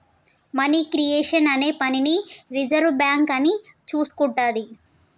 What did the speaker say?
money creation అనే పనిని reserve bank అని చూసుకుంటాది